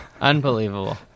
Unbelievable